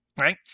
right